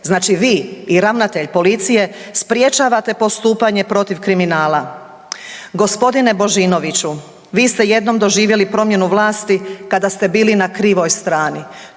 znači vi i ravnatelj policije sprječavate postupanje protiv kriminala. Gospodine Božinoviću vi ste jednom doživjeli promjenu vlasti kada ste bili na krivoj strani.